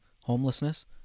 Homelessness